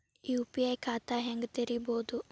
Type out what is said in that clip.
UPI ಖಾತಾ ಹೆಂಗ್ ತೆರೇಬೋದು?